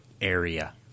area